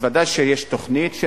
אז ודאי שיש תוכנית,